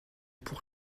pour